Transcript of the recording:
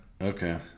Okay